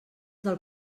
del